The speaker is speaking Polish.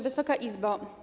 Wysoka Izbo!